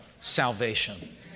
salvation